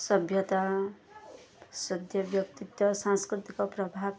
ସଭ୍ୟତା ସଦ୍ୟ ବ୍ୟକ୍ତିତ୍ୱ ସାଂସ୍କୃତିକ ପ୍ରଭାବ